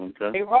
okay